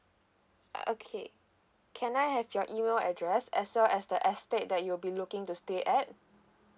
err okay can I have your email address as well as the estate that you'll be looking to stay at